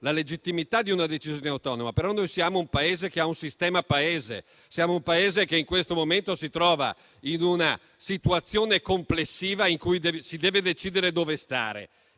la legittimità di una decisione autonoma, ma abbiamo un sistema Paese e siamo un Paese che in questo momento si trova in una situazione complessiva in cui si deve decidere dove stare.